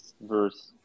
verse